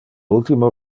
ultime